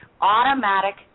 Automatic